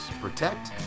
protect